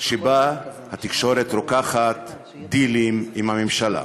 שבה התקשורת רוקחת דילים עם הממשלה.